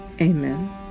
amen